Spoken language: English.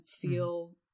feel